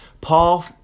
Paul